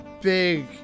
big